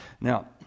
now